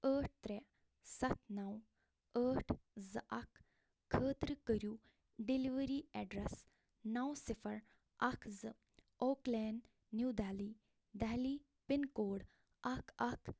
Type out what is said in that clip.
ٲٹھ ترٛےٚ سَتھ نَو ٲٹھ زٕ اکھ خٲطرٕ کٔرِو ڈیٚلؤری ایٚڈرس نَو صِفر اکھ زٕ اوک لین نِو دہلی دہلی پِن کوڈ اکھ اکھ